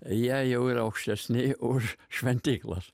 jei jau yra aukštesni už šventyklas